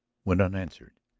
went unanswered.